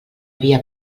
via